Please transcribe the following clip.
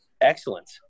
excellent